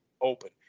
open